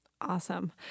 Awesome